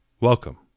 Welcome